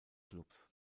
clubs